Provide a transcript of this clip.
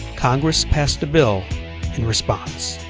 congress passed a bill in response.